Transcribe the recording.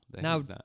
Now